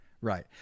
Right